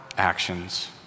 actions